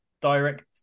direct